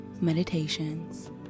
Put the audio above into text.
meditations